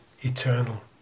eternal